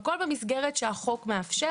הכול במסגרת שהחוק מאפשר.